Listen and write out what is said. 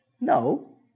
No